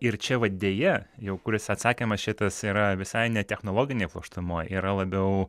ir čia va deja jau kuris atsakymas šitas yra visai ne technologinėj plokštumoj yra labiau